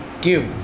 give